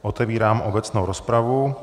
Otevírám obecnou rozpravu.